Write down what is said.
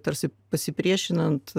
tarsi pasipriešinant